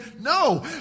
no